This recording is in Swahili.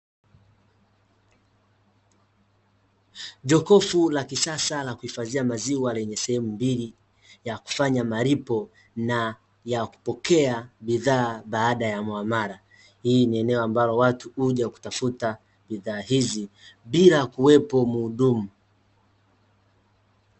Jokofu la kisasa la kuhifadhia maziwa lenye sehemu mbili ya kufanya malipo na ya kupokea bidhaa baada ya muamala, hili ni eneo ambalo watu huja kutafuta bidhaa hizi bila kuwepo mhudumu.